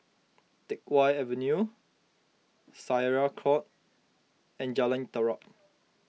Teck Whye Avenue Syariah Court and Jalan Terap